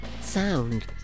sound